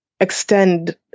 extend